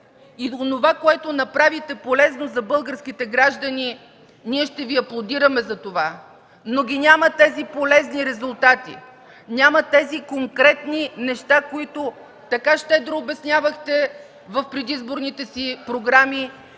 онова, което направите полезно за българските граждани, но ги няма тези полезни резултати, тези конкретни неща, които така щедро обяснявахте в предизборните си програми